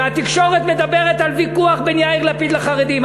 והתקשורת מדברת על ויכוח בין יאיר לפיד לחרדים.